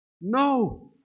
No